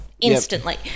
Instantly